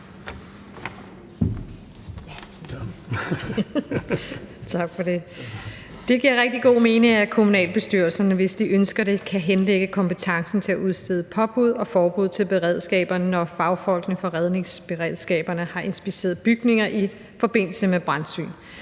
Det giver rigtig god mening, at kommunalbestyrelserne, hvis de ønsker det, kan henlægge kompetencen til at udstede påbud og forbud til redningsberedskaberne, når fagfolkene fra redningsberedskaberne har inspiceret bygninger i forbindelse med brandsyn.